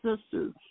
sisters